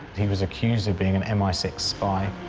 he was accused of being an m i six spy.